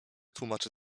tłumaczy